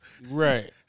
Right